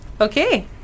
Okay